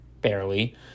barely